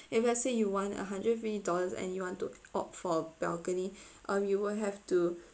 if let's say you want a hundred fifty dollars and you want to opt for a balcony um you will have to